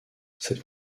cette